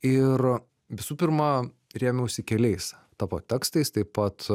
ir visų pirma rėmiausi keliais tavo tekstais taip pat